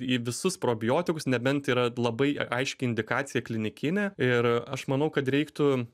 į visus probiotikus nebent yra labai aiški indikacija klinikinė ir aš manau kad reiktų